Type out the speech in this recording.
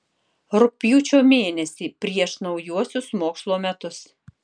rugpjūčio mėnesį prieš naujuosius mokslo metus